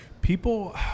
people